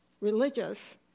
religious